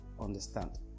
understand